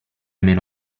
meno